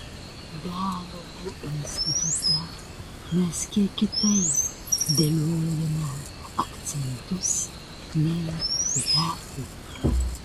dialogo institute mes kiek kitaip dėliojame akcentus nei hepi